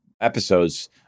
episodes